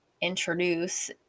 introduce